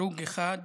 הרוג אחד,